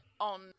on